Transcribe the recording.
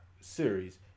series